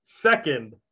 Second